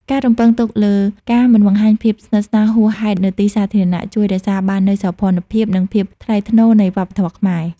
ការរំពឹងទុកលើ "ការមិនបង្ហាញភាពស្និទ្ធស្នាលហួសហេតុនៅទីសាធារណៈ" ជួយរក្សាបាននូវសោភ័ណភាព និងភាពថ្លៃថ្នូរនៃវប្បធម៌ខ្មែរ។